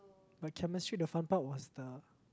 but Chemistry the fun part was the